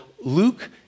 Luke